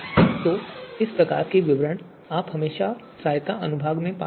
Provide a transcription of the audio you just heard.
तो इस प्रकार के विवरण आप हमेशा सहायता अनुभाग में पा सकते हैं